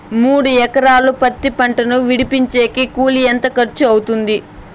మూడు ఎకరాలు పత్తి పంటను విడిపించేకి కూలి ఎంత ఖర్చు అవుతుంది?